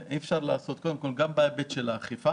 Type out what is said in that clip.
קודם כול, גם בהיבט של האכיפה